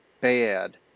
bad